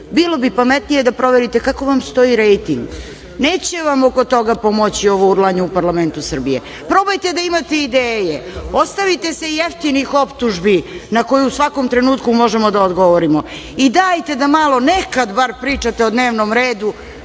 bilo bi pametnije da proverite kako vam stoji rejting. Neće vam oko toga pomoći ovo urlanje u parlamentu Srbije. Probajte da imate ideje. Ostavite se jeftinih optužbi na koje u svakom trenutku možemo da odgovorimo i dajte da malo, nekad bar, pričate o dnevnom redu,